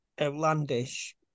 outlandish